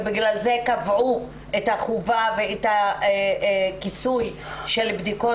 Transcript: ובגלל זה קבעו את החובה ואת הכיסוי של בדיקות